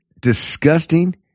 disgusting